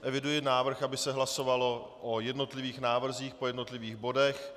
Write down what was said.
Eviduji návrh, aby se hlasovalo o jednotlivých návrzích po jednotlivých bodech.